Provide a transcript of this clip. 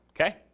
Okay